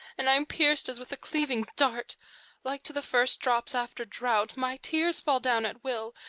and i am pierced as with a cleaving dart like to the first drops after drought, my tears fall down at will,